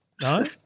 no